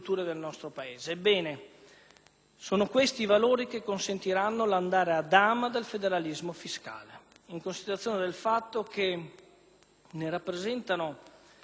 sono questi i valori che consentiranno l'andare "a dama" del federalismo fiscale, in considerazione del fatto che ne rappresentano l'essenza;